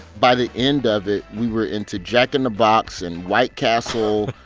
by the end of it, we were into jack in the box and white castle.